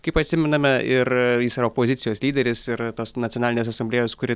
kaip atsimename ir jis yra opozicijos lyderis ir tas nacionalinės asamblėjos kuri